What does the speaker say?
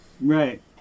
Right